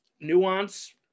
nuance